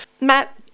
Matt